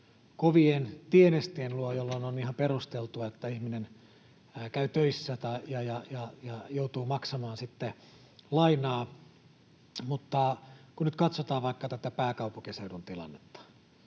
kovien tienestien luo, jolloin on ihan perusteltua, että ihminen käy töissä ja joutuu maksamaan sitten lainaa. Mutta kun nyt katsotaan vaikka tätä pääkaupunkiseudun tilannetta,